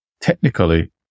technically